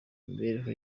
imibereho